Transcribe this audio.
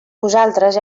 vosaltres